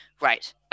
Right